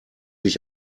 ich